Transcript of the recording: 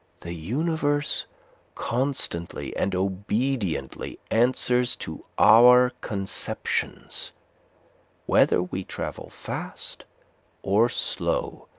the universe constantly and obediently answers to our conceptions whether we travel fast or slow,